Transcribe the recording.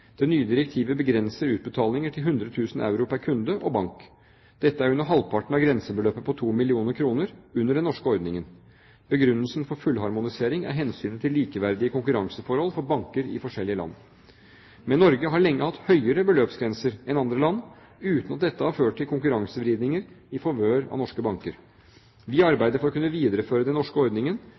Det nye direktivet begrenser utbetalinger til 100 000 euro pr. kunde og bank. Dette er under halvparten av grensebeløpet på 2 mill. kr under den norske ordningen. Begrunnelsen for fullharmonisering er hensynet til likeverdige konkurranseforhold for banker i forskjellige land. Men Norge har lenge hatt høyere beløpsgrenser enn andre land uten at dette har ført til konkurransevridninger i favør av norske banker. Vi arbeider for å kunne videreføre den norske ordningen